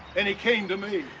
and he came to me.